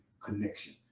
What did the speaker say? connection